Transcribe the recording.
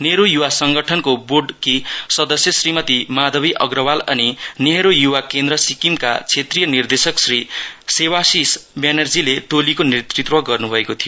नेहरू युवा संगठनको बोर्डकी सदस्य श्रीमती माधकी अग्रवाल अनि नेहरू युवा केन्द्र सिक्किम सिक्किमका क्षेत्रीय निर्देशक श्री सेवसिस व्यानर्जीले टोलीको नेतृत्व गर्नुभएको थियो